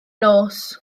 nos